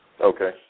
Okay